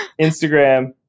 Instagram